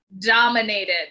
dominated